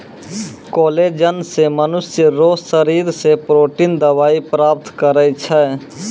collagen से मनुष्य रो शरीर से प्रोटिन दवाई प्राप्त करै छै